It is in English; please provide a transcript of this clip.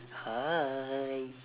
hi